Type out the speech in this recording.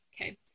okay